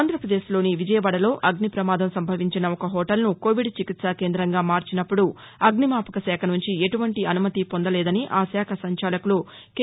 ఆంధ్రాప్రదేశ్ లోని విజయవాడలో అగ్నిప్రమాదం సంభవించిన ఒక హోటల్సు కోవిడ్ చికిత్సా కేందంగా మార్చినప్పుడు అగ్నిమాపక శాఖ నుంచి ఎటువంటి అనుమతి పొందలేదని ఆశాఖ సంచాలకులు కె